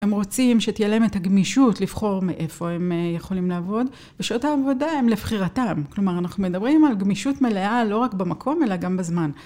הם רוצים שתהיה להם את הגמישות לבחור מאיפה הם יכולים לעבוד ושעות העבודה הם לבחירתם, כלומר אנחנו מדברים על גמישות מלאה לא רק במקום אלא גם בזמן.